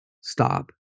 stop